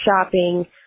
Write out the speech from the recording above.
shopping